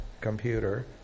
computer